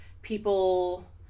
people